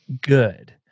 good